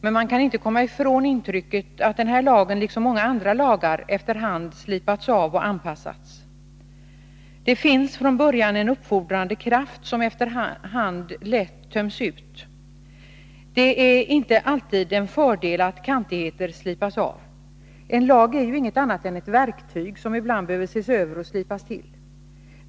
Men man kan inte komma ifrån intrycket att den liksom många andra lagar efter hand slipats av och anpassats. Det finns från början en uppfordrande kraft som så småningom lätt töms ut. Det är inte alltid en fördel att kantigheter slipas av. En lag är ju ingenting annat än ett verktyg, som ibland behöver ses över och slipas till.